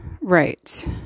right